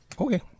Okay